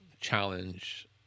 challenge